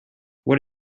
what